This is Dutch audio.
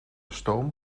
stoom